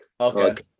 Okay